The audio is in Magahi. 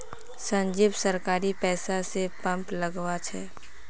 संजीव सरकारी पैसा स पंप लगवा छ